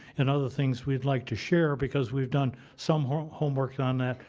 and other things we'd like to share because we've done some homework on that,